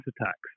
attacks